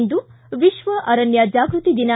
ಇಂದು ವಿಶ್ವ ಅರಣ್ಯ ಜಾಗೃತಿ ದಿನ